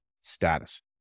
status